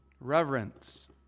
reverence